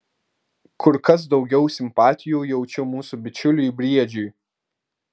kur kas daugiau simpatijų jaučiu mūsų bičiuliui briedžiui